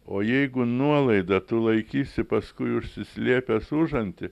o jeigu nuolaidą tu laikysi paskui užsislėpęs užanty